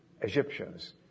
Egyptians